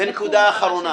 ונקודה אחרונה.